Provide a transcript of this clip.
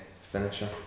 finisher